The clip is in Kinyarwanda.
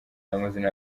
n’amazina